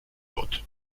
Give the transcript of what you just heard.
gott